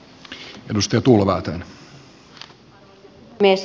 arvoisa puhemies